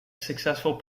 successful